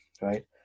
right